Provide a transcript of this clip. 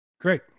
Great